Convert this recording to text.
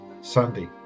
Sunday